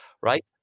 Right